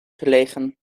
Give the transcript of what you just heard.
gelegen